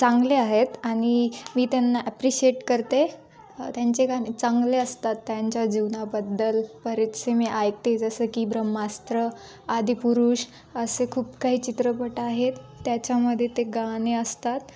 चांगले आहेत आणि मी त्यांना ॲप्रिशिएट करते त्यांचे गाणे चांगले असतात त्यांच्या जीवनाबद्दल बरेचसे मी ऐकते जसं की ब्रह्मास्त्र आदिपुरुष असे खूप काही चित्रपट आहेत त्याच्यामध्ये ते गाणे असतात